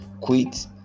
quit